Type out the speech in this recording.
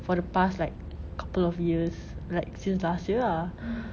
for the past like couple of years like since last year ah